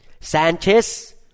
Sanchez